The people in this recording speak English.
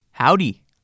Howdy